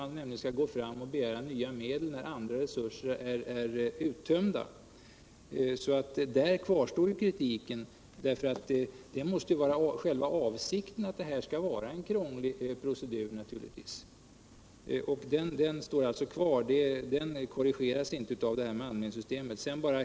Man skall begära nya medel när resurserna är uttömda. Här kvarstår alltså kritiken. Avsikten måste väl vara att det här skall vara en krånglig procedur. Kritiken står alltså kvar och korrigeras inte med det här anmälningssystemet.